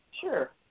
Sure